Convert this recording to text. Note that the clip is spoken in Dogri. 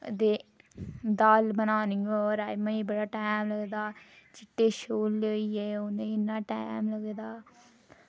ते दाल बनानी होर ऐ राजमां गी बड़ा टैम लगदा चिट्टे छोले होइये उनेंगी इन्ना टैम लगदा